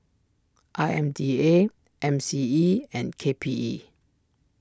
I M D A M C E and K P E